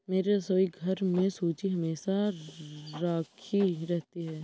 मेरे रसोईघर में सूजी हमेशा राखी रहती है